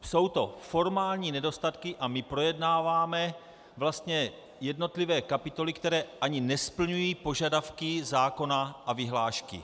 Jsou to formální nedostatky a my projednáváme jednotlivé kapitoly, které ani nesplňují požadavky zákona a vyhlášky.